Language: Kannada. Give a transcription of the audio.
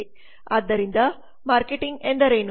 ಆದ್ದರಿಂದ ಮಾರ್ಕೆಟಿಂಗ್ ಎಂದರೇನು